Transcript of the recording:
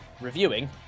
reviewing